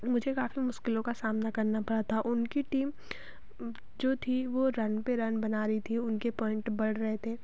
मुझे काफ़ी मुश्किलों का सामना करना पड़ा था उनकी टीम जो थी वह रन पर रन बना रही थी उनके पॉइंट बढ़ रहे थे